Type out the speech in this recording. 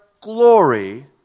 glory